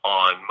on